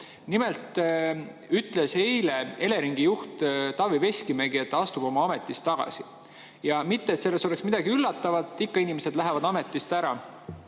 Nimelt ütles eile Eleringi juht Taavi Veskimägi, et ta astub oma ametist tagasi. Mitte et selles oleks midagi üllatavat, ikka inimesed lähevad ametist ära,